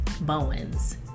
Bowens